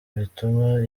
bituma